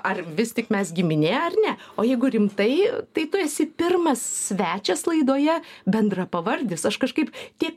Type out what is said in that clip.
ar vis tik mes giminė ar ne o jeigu rimtai tai tu esi pirmas svečias laidoje bendrapavardis aš kažkaip tiek